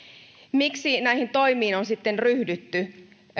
miksi näihin toimiin on sitten ryhdytty